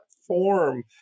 form